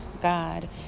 God